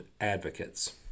advocates